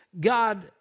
God